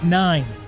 nine